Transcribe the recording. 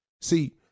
See